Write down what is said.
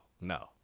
no